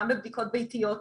גם בבדיקות ביתיות,